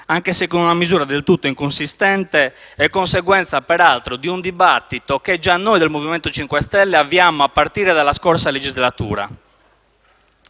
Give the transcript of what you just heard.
anche se con una misura del tutto inconsistente, conseguenza, peraltro, di un dibattito che già noi del MoVimento 5 Stelle avviammo a partire dalla scorsa legislatura.